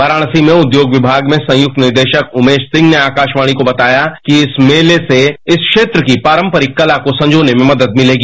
वाराणसी में उद्योग विभाग में संयुक्त निदेशक उमेश सिंह ने आकाशवाणी को बताया कि इस मेले से इस क्षेत्र की पारंपरिक कला को संजोने में मदद मिलेगी